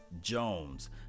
Jones